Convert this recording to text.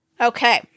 Okay